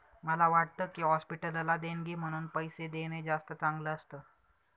मला वाटतं की, हॉस्पिटलला देणगी म्हणून पैसे देणं जास्त चांगलं असतं